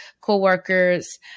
co-workers